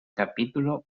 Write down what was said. capítulo